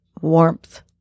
warmth